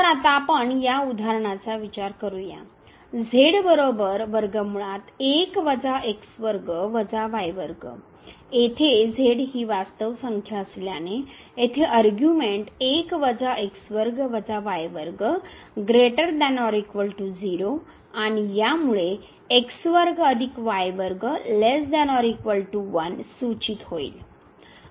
तर आता आपण या उदाहरणाचा विचार करूया येथे हा वास्तव संख्या असल्याने येथे अरग्यूमेन्ट आणि यामुळे सूचित होईल